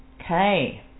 Okay